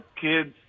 kids